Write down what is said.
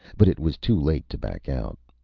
but it was too late to back out.